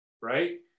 right